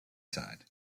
side